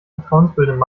vertrauensbildende